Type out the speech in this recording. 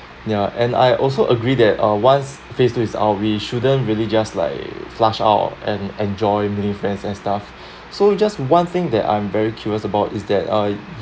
ya and I also agree that uh one's phase two is out we shouldn't really just like flushed out and enjoy many friends and stuff so just one thing that I'm very curious about is that uh